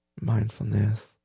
mindfulness